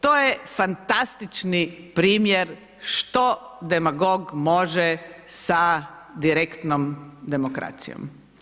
To je fantastični primjer što demagog može sa direktnom demokracijom.